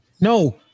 No